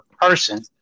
person